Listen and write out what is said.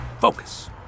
focus